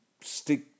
stick